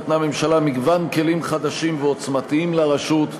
נתנה הממשלה מגוון כלים חדשים ועוצמתיים לרשות.